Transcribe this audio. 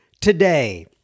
today